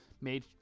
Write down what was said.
made